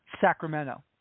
Sacramento